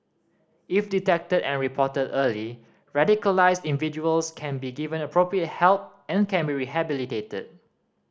if detected and reported early radicalised individuals can be given appropriate help and can be rehabilitated